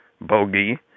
Bogey